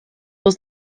was